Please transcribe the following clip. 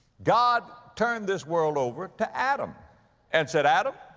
god turned this world over to adam and said, adam,